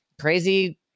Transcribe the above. crazy